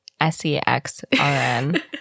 S-E-X-R-N